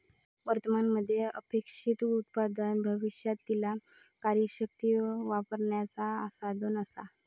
वर्तमान मध्ये अपेक्षित उत्पन्न भविष्यातीला कार्यशक्ती वापरण्याचा साधन असा